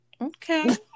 Okay